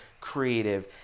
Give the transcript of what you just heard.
creative